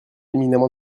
éminemment